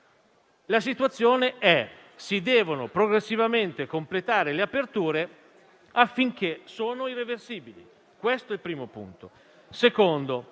la situazione è: si devono progressivamente completare le aperture affinché siano irreversibili. Questo è il primo punto.